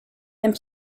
and